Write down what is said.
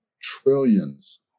trillions